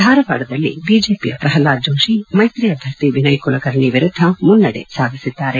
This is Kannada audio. ಧಾರವಾಡದಲ್ಲಿ ಬಿಜೆಪಿಯ ಪ್ರಹ್ನಾದ್ ಜೋಷಿ ಮೈತ್ರಿ ಅಭ್ಯರ್ಥಿ ವನಯ್ ಕುಲಕರ್ಣಿ ವಿರುದ್ಧ ಮುನ್ನಡೆ ಸಾಧಿಸಿದ್ದಾರೆ